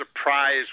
surprise